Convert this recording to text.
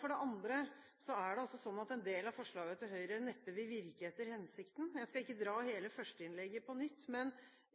For det andre vil en del av forslagene til Høyre neppe virke etter hensikten. Jeg skal ikke dra hele det første innlegget på nytt, men